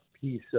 piece